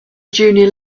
junior